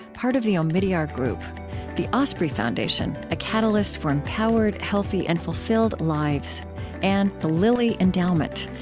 part of the omidyar group the osprey foundation a catalyst for empowered, healthy, and fulfilled lives and the lilly endowment,